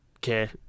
care